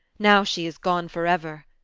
now she is gone for ever.